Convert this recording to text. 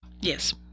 Yes